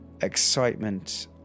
excitement